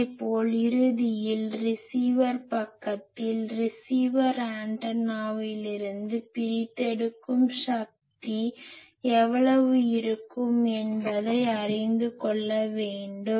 இதேபோல் இறுதியில் ரிசீவர் பக்கத்தில் ரிசீவர் ஆண்டெனாவிலிருந்து பிரித்தெடுக்கும் சக்தி எவ்வளவு இருக்கும் என்பதை அறிந்து கொள்ள வேண்டும்